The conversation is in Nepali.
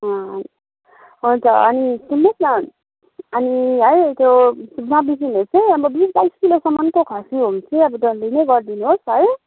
हन्छ अनि सुन्नुहोस् न अनि है त्यो नबिग्रिने होस् है अब बिस बाइस किलोसम्मको खसी हो भने चाहिँ अब डल्लै नै गरिदिनुहोस् है